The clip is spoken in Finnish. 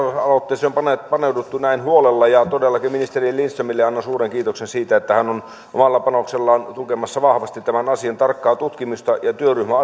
kansalaisaloitteeseen on paneuduttu näin huolella todellakin ministeri lindströmille annan suuren kiitoksen siitä että hän on omalla panoksellaan tukemassa vahvasti tämän asian tarkkaa tutkimista ja työryhmä